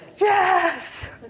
yes